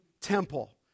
temple